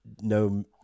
no